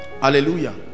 Hallelujah